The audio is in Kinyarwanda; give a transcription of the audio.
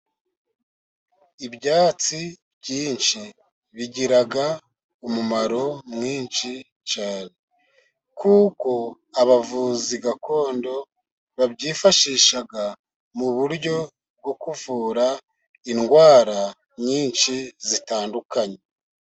Ibyatsi byinshi bigira umumaro mwinshi cyane. Kuko abavuzi gakondo babyifashisha mu buryo bwo kuvura indwara nyinshi zitandukanye.